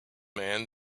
man